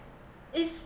is